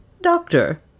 Doctor